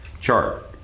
chart